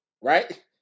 right